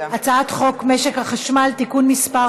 הצעת חוק משק החשמל (תיקון מס'